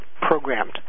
programmed